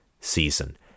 season